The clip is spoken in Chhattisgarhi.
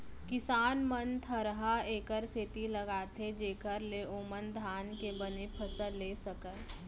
किसान मन थरहा एकर सेती लगाथें जेकर ले ओमन धान के बने फसल लेय सकयँ